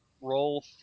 Roll